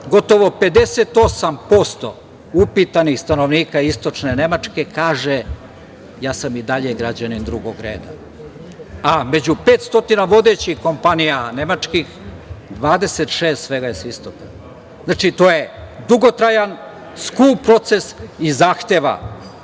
gotovo 58% upitanih stanovnika Istočne Nemačke kaže – ja sam i dalje građanin drugog reda. Među 500 vodećih kompanija nemačkih 26 je sa istoka. To je dugotrajan skup proces i zahteva